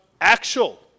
actual